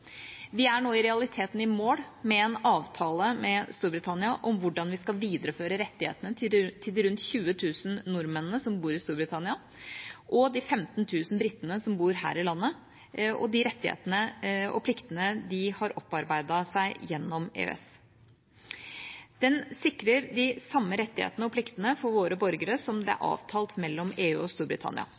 Vi er nå i realiteten i mål med en avtale med Storbritannia om hvordan vi skal videreføre rettighetene til de rundt 20 000 nordmennene som bor i Storbritannia og de 15 000 britene som bor her i landet – de rettighetene og pliktene de har opparbeidet seg gjennom EØS. Den sikrer de samme rettighetene og pliktene for våre borgere som er avtalt mellom EU og Storbritannia.